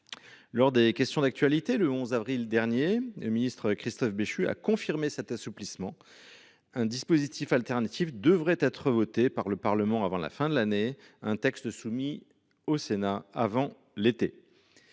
Lors des questions d’actualité du 11 avril dernier, le ministre Christophe Béchu a confirmé cet assouplissement. Un dispositif différent devrait être voté par le Parlement avant la fin de l’année et, selon ses propres mots,